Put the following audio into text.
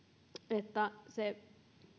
että